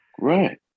Right